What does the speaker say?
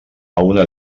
una